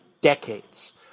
decades